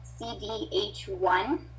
CDH1